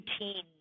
routine